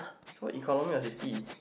so what economy of fifty